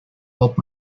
pop